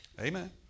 Amen